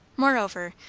moreover,